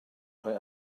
rhoi